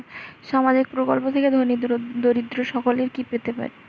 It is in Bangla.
সামাজিক প্রকল্প থেকে ধনী দরিদ্র সকলে কি পেতে পারে?